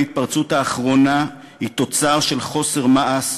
ההתפרצות האחרונה היא תוצר של חוסר מעש,